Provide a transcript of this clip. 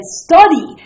study